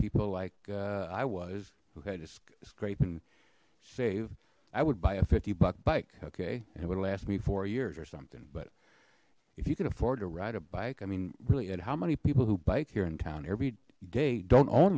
people like i was who had just scrape and save i would buy a fifty buck bike okay and it would last me for years or something but if you could afford to ride a bike i mean really at how many people who bike here in town every day don't own